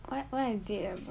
what what is it about